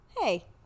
Hey